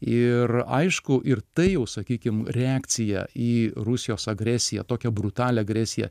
ir aišku ir tai jau sakykim reakcija į rusijos agresiją tokią brutalią agresiją